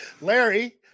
larry